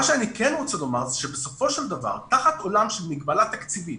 מה שאני כן רוצה לומר זה שבסופו של דבר תחת עולם של מגבלה תקציבית,